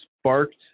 sparked